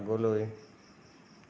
আগলৈ